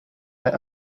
met